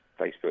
Facebook